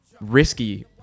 risky